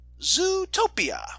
Zootopia